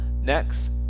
next